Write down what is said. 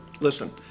listen